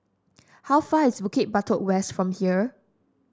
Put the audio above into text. how far is Bukit Batok West from here